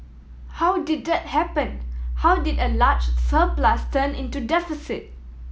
how did that happen how did a large surplus turn into deficit